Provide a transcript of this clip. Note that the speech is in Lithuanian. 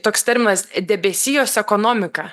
toks terminas debesijos ekonomika